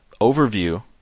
Overview